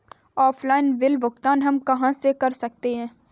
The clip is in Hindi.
ऑफलाइन बिल भुगतान हम कहां कर सकते हैं?